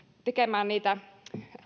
tekemään niitä